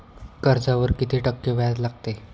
कर्जावर किती टक्के व्याज लागते?